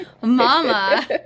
mama